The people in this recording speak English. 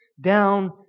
down